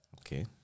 Okay